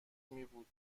میبود